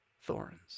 thorns